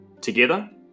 Together